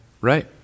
right